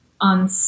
on